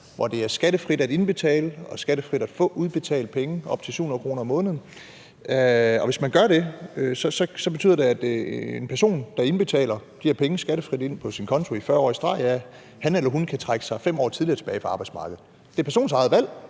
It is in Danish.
hvor det er skattefrit at indbetale op til 700 kr. om måneden, og skattefrit at få udbetalt pengene, og hvis man gør det, betyder det, at en person, der indbetaler penge skattefrit ind på sin konto i 40 år i streg, kan trække sig 5 år tidligere tilbage fra arbejdsmarkedet. Det er personens eget valg,